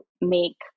make